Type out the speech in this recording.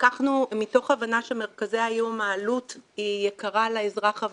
מתוך ההבנה שבמרכזי היום העלות היא יקרה לאזרח הוותיק,